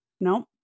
Nope